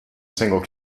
single